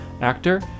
actor